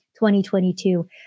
2022